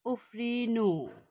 उफ्रिनु